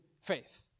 faith